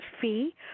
fee